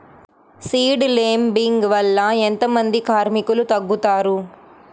Seed లేంబింగ్ వల్ల ఎంత మంది కార్మికులు తగ్గుతారు?